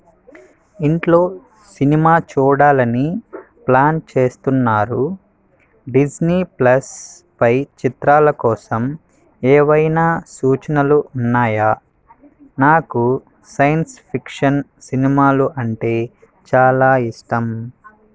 ఇంట్లో సినిమా చూడాలని ప్లాన్ చేస్తున్నారు డిస్నీ ప్లస్పై చిత్రాల కోసం ఏవైనా సూచనలు ఉన్నాయా నాకు సైన్స్ ఫిక్షన్ సినిమాలు అంటే చాలా ఇష్టం